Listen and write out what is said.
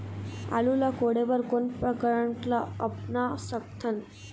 आलू ला कोड़े बर कोन उपकरण ला अपना सकथन?